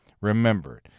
remembered